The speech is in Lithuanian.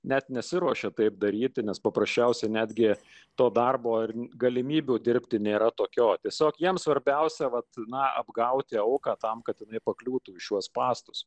net nesiruošė taip daryti nes paprasčiausiai netgi to darbo ir galimybių dirbti nėra tokio tiesiog jiems svarbiausia vat na apgauti auką tam kad jinai pakliūtų į šiuos spąstus